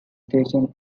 station